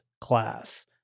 class